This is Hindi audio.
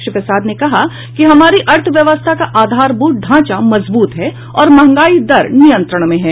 श्री प्रसाद ने कहा कि हमारी अर्थव्यवस्था का आधारभूत ढांचा मजबूत है और मंहगाई दर नियंत्रण में है